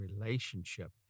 relationship